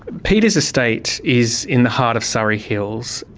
peter's estate is in the heart of surry hills.